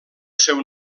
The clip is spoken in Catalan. seu